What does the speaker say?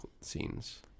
scenes